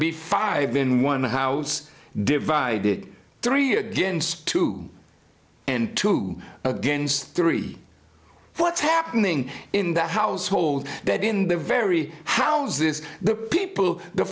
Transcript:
be five in one house divided three against two and two against three what's happening in that household that in the very house this the people the